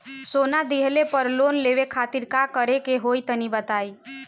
सोना दिहले पर लोन लेवे खातिर का करे क होई तनि बताई?